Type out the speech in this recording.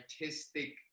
artistic